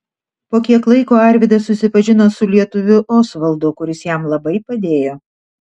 po kiek laiko arvydas susipažino su lietuviu osvaldu kuris jam labai padėjo